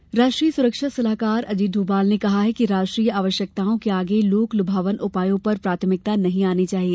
डोभाल राष्ट्रीय सुरक्षा सलाहकार अजीत डोभाल ने कहा है कि राष्ट्रीय आवश्यकताओं के आगे लोक लुभावन उपायों को प्राथमिकता नहीं मिलनी चाहिए